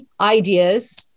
ideas